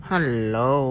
Hello